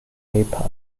nepal